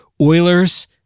Oilers